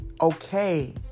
okay